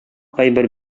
кайбер